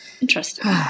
Interesting